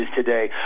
today